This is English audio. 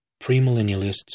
premillennialists